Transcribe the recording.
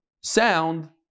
sound